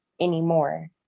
anymore